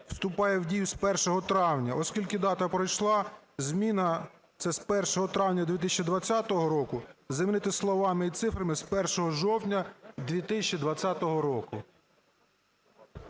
"вступає в дію з 1 травня". Оскільки дата пройшла, зміна це "з 1 травня 2020 року" замінити словами і цифрами "з 1 жовтня 2020 року".